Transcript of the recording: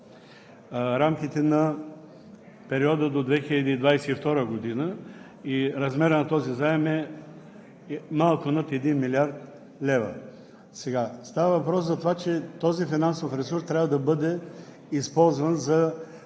рамките на периода до 2022 г. и размерът на този заем е малко над 1 млрд. лв. Става въпрос за това, че този финансов ресурс трябва да бъде използван за